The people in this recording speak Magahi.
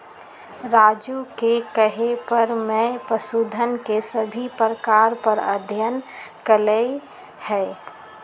राजू के कहे पर मैं पशुधन के सभी प्रकार पर अध्ययन कैलय हई